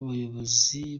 bayobozi